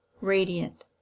radiant